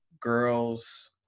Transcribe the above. Girls